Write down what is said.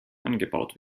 angebaut